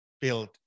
build